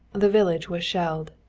the village was shelled.